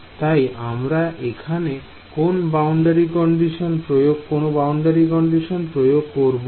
তাই আমরা এখানে কোন বাউন্ডারি কন্ডিশন প্রয়োগ করব না